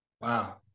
wow